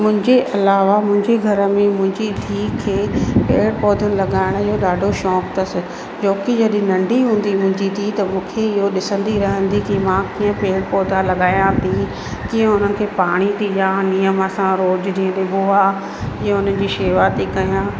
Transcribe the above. मुंहिंजे अलावा मुंहिंजे घर में मुंहिंजी धीउ खे पेड़ पौधनि लॻाइण जो ॾाढो शौक़ु अथसि जोकी जॾहिं नंढी हूंदी हुई मुंहिंजी धीउ त मूंखे इहो ॾिसंदी रहंदी कि मां कीअं पौधा लॻायां थी कीअं हुननि खे पाणी थी ॾियां नियम सां रोज़ु जीअं ॾिबो आहे कीअं हुन जी शेवा थी कयां